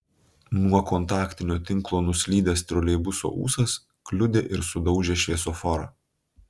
nuo kontaktinio tinklo nuslydęs troleibuso ūsas kliudė ir sudaužė šviesoforą